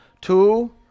Two